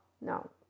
No